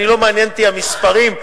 לא מעניין אותי המספרים.